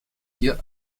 hier